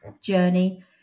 journey